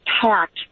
packed